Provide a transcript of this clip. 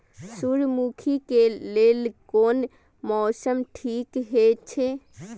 सूर्यमुखी के लेल कोन मौसम ठीक हे छे?